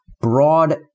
broad